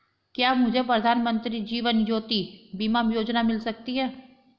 क्या मुझे प्रधानमंत्री जीवन ज्योति बीमा योजना मिल सकती है?